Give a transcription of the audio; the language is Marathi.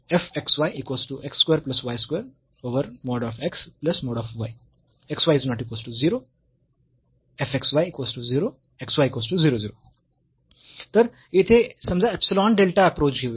तर येथे समजा इप्सिलॉन डेल्टा अप्रोच घेऊया